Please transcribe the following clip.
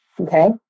Okay